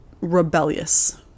rebellious